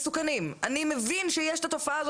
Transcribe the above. אני מחפשת את אלה שהם מסוכנים.